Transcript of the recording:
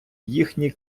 їхній